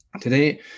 Today